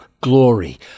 glory